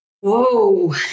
Whoa